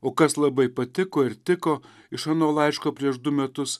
o kas labai patiko ir tiko iš ano laiško prieš du metus